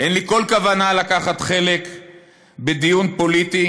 אין לי כל כוונה לקחת חלק בדיון פוליטי